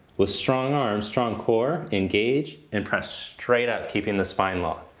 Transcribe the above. with strong arms strong core engage and press straight up keeping the spine long.